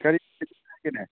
ꯀꯔꯤ